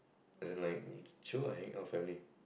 as in like chill lah hang out with family